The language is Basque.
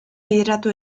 bideratu